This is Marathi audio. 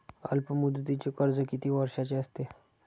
अल्पमुदतीचे कर्ज किती वर्षांचे असते?